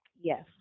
yes